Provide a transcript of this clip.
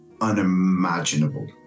unimaginable